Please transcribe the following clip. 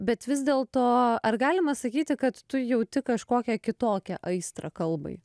bet vis dėlto ar galima sakyti kad tu jauti kažkokią kitokią aistrą kalbai